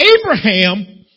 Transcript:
Abraham